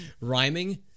rhyming